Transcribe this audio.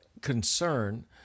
concern